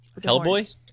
Hellboy